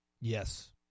yes